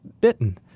bitten